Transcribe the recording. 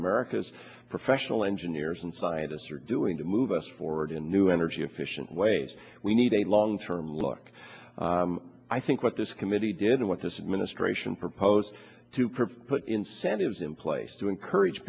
america's professional engineers and scientists are doing to move us forward in new energy efficient ways we need a long term look i think what this committee did and what this administration proposed to provide put incentives in place to encourage